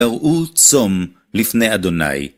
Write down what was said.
הראו צום לפני אדוני.